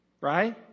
right